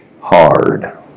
hard